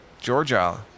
Georgia